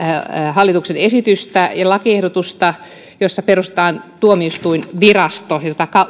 hallituksen esitystä ja lakiehdotusta jossa perustetaan tuomioistuinvirasto jota